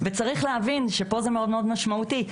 וצריך להבין שפה זה מאוד משמעותי.